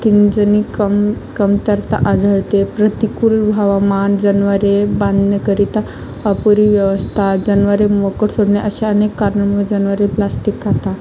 किंजनी कम कमतरता आढळते प्रतिकूल हवामान जनावरे बांधण्याकरिता अपुरी व्यवस्था जनावरे मोकट सोडणे अशा अनेक कारणांमुळे जनावरे प्लास्टिक खातात